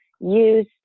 use